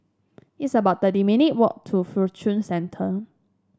it's about thirty minute walk to Fortune Center